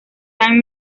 san